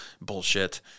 Bullshit